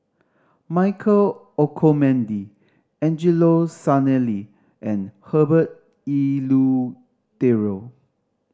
Michael Olcomendy Angelo Sanelli and Herbert Eleuterio